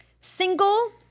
Single